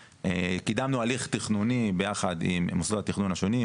קידמנו הליך תכנוני ביחד עם מוסדות התכנון השונים,